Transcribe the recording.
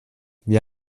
wir